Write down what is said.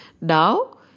Now